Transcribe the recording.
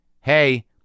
hey